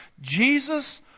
Jesus